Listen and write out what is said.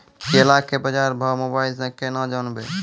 केला के बाजार भाव मोबाइल से के ना जान ब?